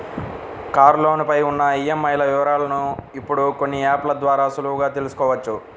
కారులోను పై ఉన్న ఈఎంఐల వివరాలను ఇప్పుడు కొన్ని యాప్ ల ద్వారా సులువుగా తెల్సుకోవచ్చు